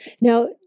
now